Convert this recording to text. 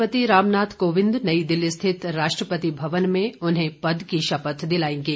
राष्ट्रपति रामनाथ कोविंद नई दिल्ली स्थित राष्ट्रपति भवन में उन्हें पद की शपथ दिलाएंगे